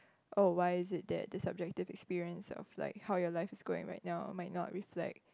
oh why is it that the subject that experience of like how your life is going right now might not reflect